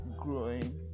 growing